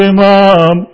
Imam